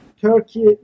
Turkey